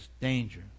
danger